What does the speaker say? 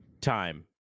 time